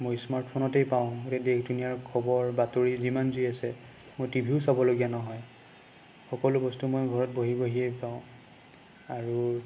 মই স্মাৰ্ট ফোনতেই পাওঁ এতিয়া দেশ দুনীয়াৰ খবৰ বাতৰি যিমান যি আছে মই টিভিও চাবলগীয়া নহয় সকলো বস্তু মই ঘৰত বহি বহিয়ে পাওঁ আৰু